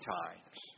times